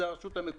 זאת הרשות המקומית.